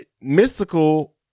Mystical